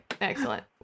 excellent